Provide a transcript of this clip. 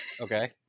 Okay